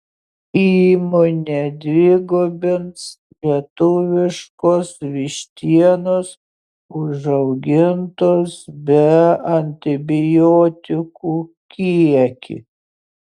įmonė dvigubins lietuviškos vištienos užaugintos be antibiotikų kiekį